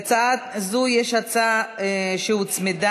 להצעה זו יש הצעה שהוצמדה,